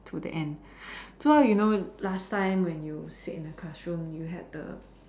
to the end so you know last time when you sit in the classroom you had the